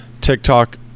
tiktok